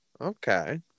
Okay